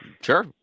sure